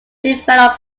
developed